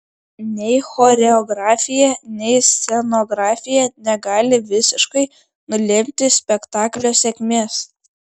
nei choreografija nei scenografija negali visiškai nulemti spektaklio sėkmės